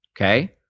okay